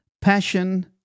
Passion